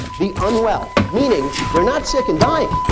the unwell, meaning they're not sick and dying,